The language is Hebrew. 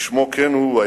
כשמו כן הוא.